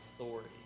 authority